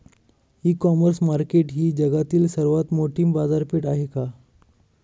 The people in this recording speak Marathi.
इ कॉमर्स मार्केट ही जगातील सर्वात मोठी बाजारपेठ आहे का?